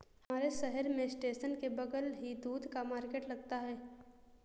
हमारे शहर में स्टेशन के बगल ही दूध का मार्केट लगता है